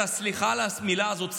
סליחה על המילה הזאת,